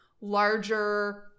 larger